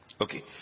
Okay